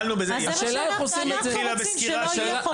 זה מה שאנחנו רוצים, שלא יהיו חומרי הסתה.